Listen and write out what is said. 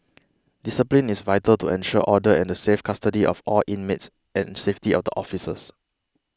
discipline is vital to ensure order and the safe custody of all inmates and safety of the officers